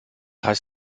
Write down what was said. heißt